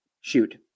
shoot